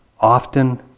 Often